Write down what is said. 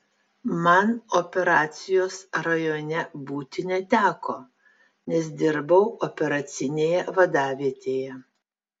man operacijos rajone būti neteko nes dirbau operacinėje vadavietėje